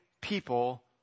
people